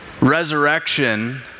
resurrection